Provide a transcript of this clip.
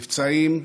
מבצעיים,